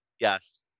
Yes